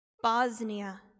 Bosnia